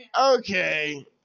Okay